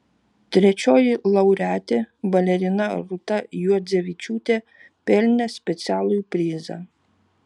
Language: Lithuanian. trečioji laureatė balerina rūta juodzevičiūtė pelnė specialųjį prizą